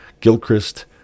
Gilchrist